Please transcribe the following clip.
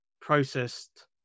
processed